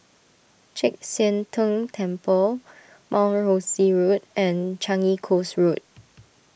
Chek Sian Tng Temple Mount Rosie Road and Changi Coast Road